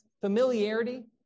familiarity